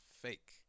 fake